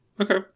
okay